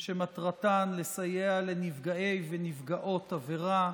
שמטרתן לסייע לנפגעי ונפגעות עבירה.